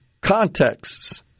contexts